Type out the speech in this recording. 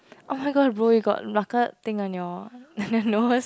oh-my-god bro you got thing on your on your nose